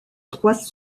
trois